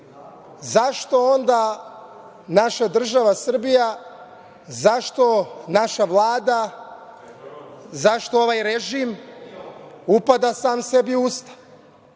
zašto onda naša država Srbija, zašto naša Vlada, zašto ovaj režim upada sam sebi u usta?